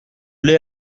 l’ai